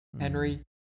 Henry